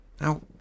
Now